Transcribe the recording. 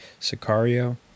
Sicario